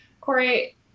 Corey